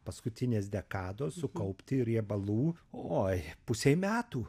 paskutinės dekados sukaupti riebalų oi pusei metų